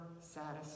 satisfied